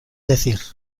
decir